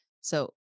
So-